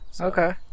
okay